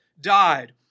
died